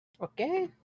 Okay